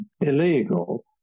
illegal